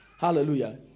Hallelujah